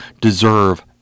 deserve